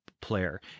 player